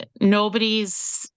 nobody's